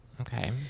Okay